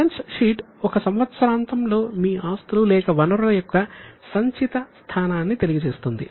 balance sheet ఒక సంవత్సరాంతంలో మీ ఆస్తులు లేక వనరుల యొక్క సంచిత స్థానాన్ని తెలియజేస్తుంది